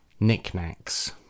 knickknacks